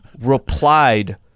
replied